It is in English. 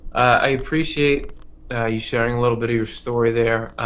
i appreciate you sharing a little bit of your story there.